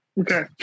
okay